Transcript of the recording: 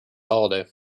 holiday